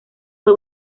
fue